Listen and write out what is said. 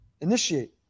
initiate